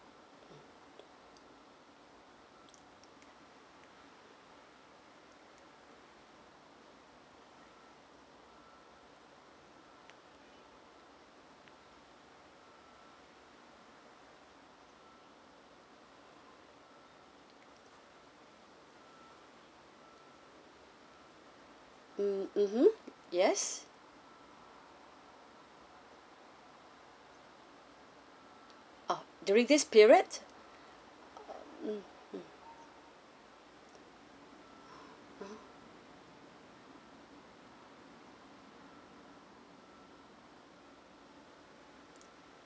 mm mmhmm yes oh during this period mm mm oh